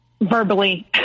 verbally